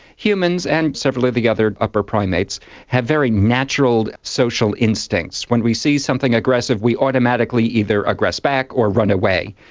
humans and several of the other upper primates had very natural social instincts. when we see something aggressive we automatically either aggress back or run away.